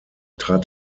trat